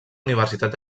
universitat